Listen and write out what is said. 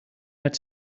had